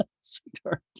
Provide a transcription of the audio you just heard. Sweetheart